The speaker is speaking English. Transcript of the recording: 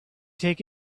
take